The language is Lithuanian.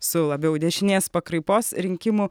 su labiau dešinės pakraipos rinkimų